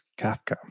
Kafka